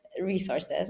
resources